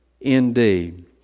indeed